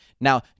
Now